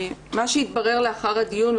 מה שהתברר לאחר הדיון,